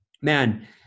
man